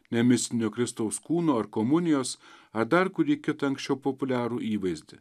ne mistinio kristaus kūno ar komunijos ar dar kurį kitą anksčiau populiarų įvaizdį